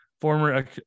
former